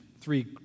three